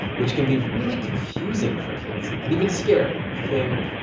which can be really confusing for kids and even scary. think.